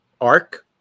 arc